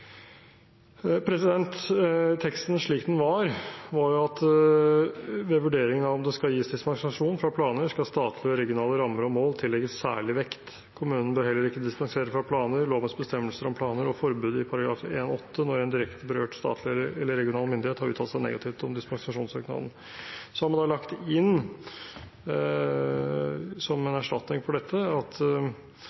Teksten slik den var, lyder: «Ved vurderingen av om det skal gis dispensasjon fra planer skal statlige og regionale rammer og mål tillegges særlig vekt. Kommunen bør heller ikke dispensere fra planer, lovens bestemmelser om planer og forbudet i § 1-8 når en direkte berørt statlig eller regional myndighet har uttalt seg negativt om dispensasjonssøknaden.» Så har man lagt inn, som en